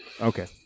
Okay